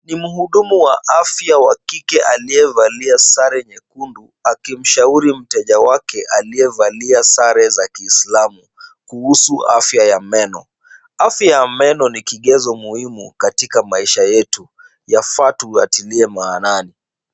Ni mhudumu wa afya wa kike aliyevalia sare nyekudu, akimshauri mteja wake aliyevalia sare za Kiislamu kuhusu afya ya meno. Afya ya meno ni kigezo muhimu katika maisha yetu. Yafaa tuyatilie maanani.